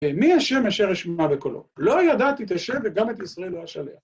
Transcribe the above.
מי השם אשר אשמע בקולו? לא ידעתי את ה' וגם את ישראל לא אשלה.